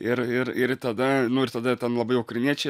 ir ir ir tada nu ir tada ten labai ukrainiečiai